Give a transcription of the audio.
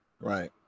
Right